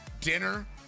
dinner